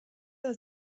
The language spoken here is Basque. edo